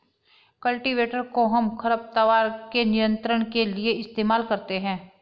cultivator कोहम खरपतवार के नियंत्रण के लिए इस्तेमाल करते हैं